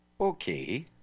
okay